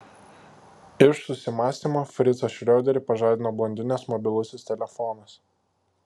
iš susimąstymo fricą šrioderį pažadino blondinės mobilusis telefonas